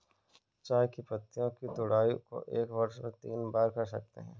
चाय की पत्तियों की तुड़ाई को एक वर्ष में तीन बार कर सकते है